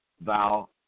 thou